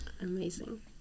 Amazing